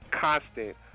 constant